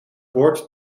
boord